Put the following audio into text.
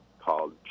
called